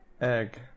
Egg